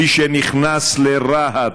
מי שנכנס לרהט,